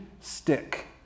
stick